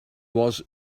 was